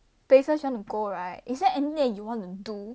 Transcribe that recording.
places you want to go right is there anything that you want to do